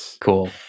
cool